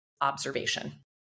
observation